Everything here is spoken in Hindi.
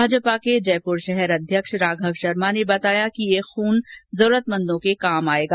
भाजपा के जयपुर शहर अध्यक्ष राघव शर्मा ने बताया कि ये रक्त जरूरतमंदों के काम आएगा